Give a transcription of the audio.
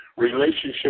Relationship